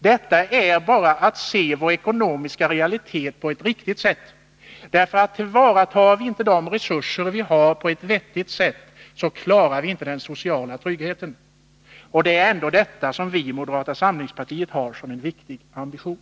Detta är bara att se vår ekonomiska realitet på ett riktigt sätt. Tillvaratar vi inte de resurser vi har på ett vettigt sätt, så klarar vi inte den sociala tryggheten. Det är ändå detta som vi i moderata samlingspartiet har som en viktig ambition.